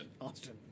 Austin